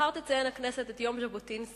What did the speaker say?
מחר תציין הכנסת את יום ז'בוטינסקי,